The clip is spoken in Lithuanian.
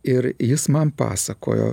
ir jis man pasakojo